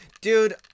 dude